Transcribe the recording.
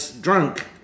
drunk